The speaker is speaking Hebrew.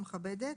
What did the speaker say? ומכבדת,